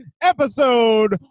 episode